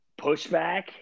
pushback